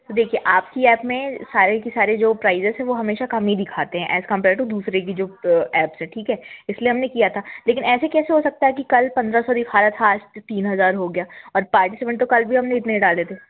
तो देखिए आपकी ऐप में सारे के सारे जो प्राइज़ेज़ हैं वो हमेशा कम ही दिखाते हैं ऐज़ कम्पेयर्ड टू दूसरे की जो ऐप्स हैं ठीक है इसलिए हमने किया था लेकिन ऐसे कैसे हो सकता है कि कल पंद्रह सौ दिखा रहा था आज तीन हज़ार हो गया और पार्टिसिपेंट तो कल भी हमने उतने ही डाले थे